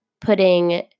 putting